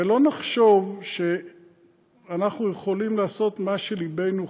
ולא נחשוב שאנחנו יכולים לעשות מה שלבנו חפץ,